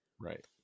Right